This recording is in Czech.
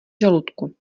žaludku